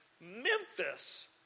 Memphis